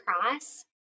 cross